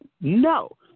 no